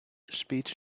speech